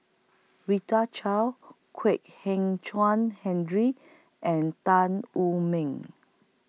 Rita Chao Kwek Hian Chuan Henry and Tan Wu Meng